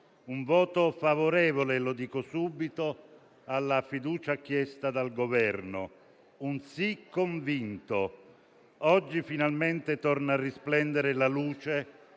un voto favorevole alla fiducia chiesta dal Governo, un sì convinto. Oggi, finalmente, torna a risplendere la luce,